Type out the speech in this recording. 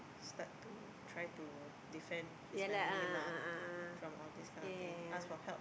start to try to defend his family lah from all this kind of thing ask for help